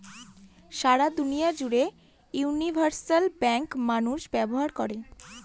সারা দুনিয়া জুড়ে universal bank মানুষ ব্যবহার করে